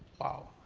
wow,